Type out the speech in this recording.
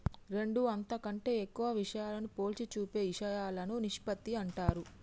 రెండు అంతకంటే ఎక్కువ విషయాలను పోల్చి చూపే ఇషయాలను నిష్పత్తి అంటారు